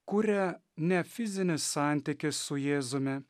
kuria ne fizinis santykis su jėzumi